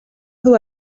dur